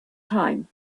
time